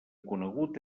conegut